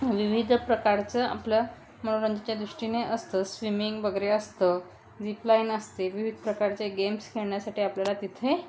वि विविध प्रकारचं आपलं मनोरंजनाच्या दृष्टीने असतं स्विमिंग वगैरे असतं जीपलाईन असते विविध प्रकारचे गेम्स खेळण्यासाठी आपल्याला तिथे